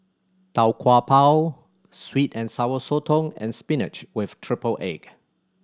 Tau Kwa Pau sweet and Sour Sotong and spinach with triple egg